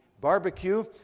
barbecue